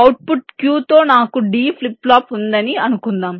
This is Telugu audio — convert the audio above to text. అవుట్పుట్ Q తో నాకు D ఫ్లిప్ ఫ్లాప్ ఉందని అనుకుందాం